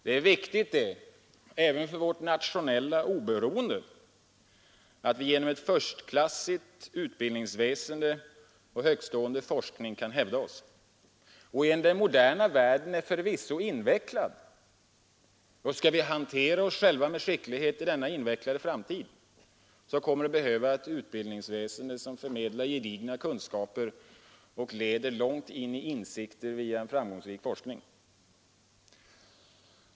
Det är viktigt även för vårt nationella oberoende att vi genom förstklassigt utbildningsväsende och högtstående forskning kan hävda oss. Den moderna världen är förvisso invecklad, och skall vi hantera oss själva med skicklighet i denna invecklade framtid så kommer vi att behöva ett utbildningsväsende som förmedlar gedigna kunskaper och leder långt i fråga om insikter via en framgångsrik forskning.